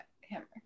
hammer